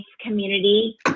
community